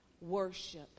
worship